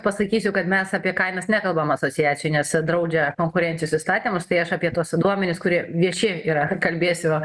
pasakysiu kad mes apie kainas nekalbam asociacijoj nes draudžia konkurencijos įstatymas tai aš apie tuos duomenis kurie vieši yra kalbėsiu